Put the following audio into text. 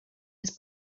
was